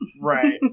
Right